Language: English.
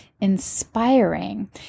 inspiring